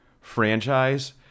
franchise